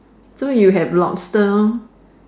so you have lobster